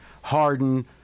Harden